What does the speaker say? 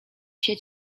się